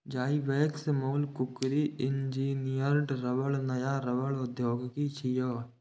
Zyvex molecularly engineered रबड़ नया रबड़ प्रौद्योगिकी छियै